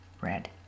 red